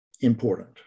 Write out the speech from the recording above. important